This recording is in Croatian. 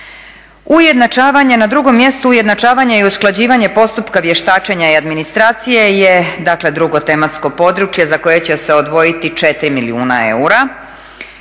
Ujednačavanje, na drugom mjestu ujednačavanje i usklađivanje postupka vještačenja i administracije je dakle drugo tematsko područje za koje će se odvojiti 4 milijuna eura.